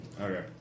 Okay